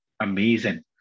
amazing